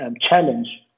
challenge